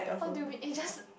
what do you mean it just